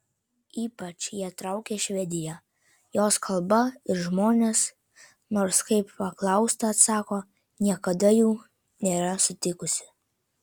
ypač ją traukia švedija jos kalba ir žmonės nors kaip paklausta atsako niekada jų nėra sutikusi